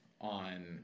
on